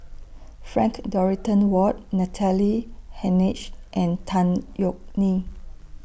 Frank Dorrington Ward Natalie Hennedige and Tan Yeok Nee